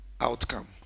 outcome